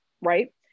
right